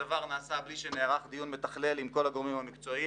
הדבר נעשה בלי שנערך דיון מתכלל עם כל הגורמים המקצועיים